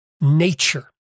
nature